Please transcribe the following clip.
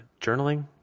journaling